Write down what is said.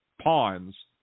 pawns